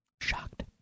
Shocked